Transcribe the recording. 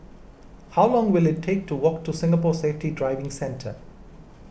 how long will it take to walk to Singapore Safety Driving Centre